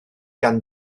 gan